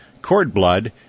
cordblood